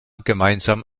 gemeinsam